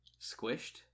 squished